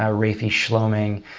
ah rafi schloming,